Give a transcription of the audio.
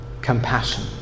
compassion